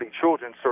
children